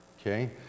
Okay